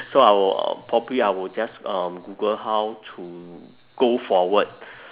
so I will probably I will just um google how to go forward